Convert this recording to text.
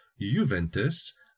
Juventus